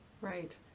Right